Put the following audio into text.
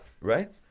right